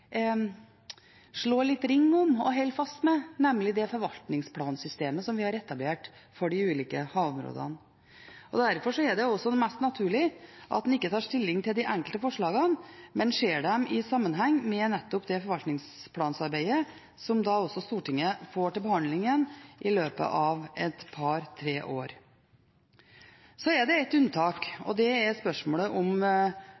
litt ring om og holder fast på, nemlig det forvaltningsplansystemet som vi har etablert for de ulike havområdene. Derfor er det også mest naturlig at en ikke tar stilling til de enkelte forslagene, men ser dem i sammenheng med nettopp det forvaltningsplanarbeidet som Stortinget får til behandling igjen i løpet av to til tre år. Det er ett unntak, og det er spørsmålet om bunntråling, der et